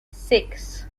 six